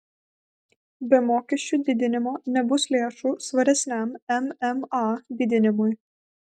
be mokesčių didinimo nebus lėšų svaresniam mma didinimui